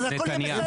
אז הכל יהיה בסדר.